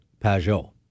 Pajot